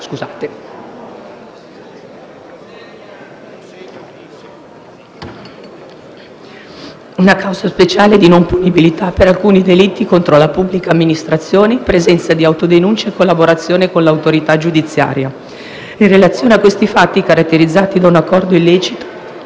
una causa speciale di non punibilità per alcuni delitti contro la pubblica amministrazione, in presenza di autodenuncia e collaborazione con l'autorità giudiziaria. In relazioni a questi fatti, caratterizzati da un accordo illecito,